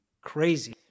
crazy